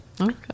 okay